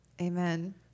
Amen